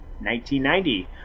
1990